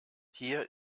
hier